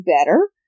better